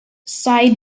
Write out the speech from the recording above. side